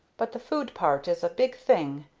but the food part is a big thing.